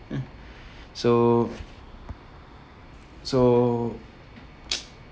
so so